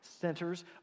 centers